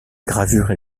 gravure